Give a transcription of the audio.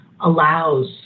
allows